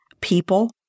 people